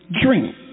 drink